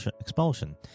expulsion